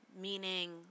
meaning